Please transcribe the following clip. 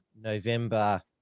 November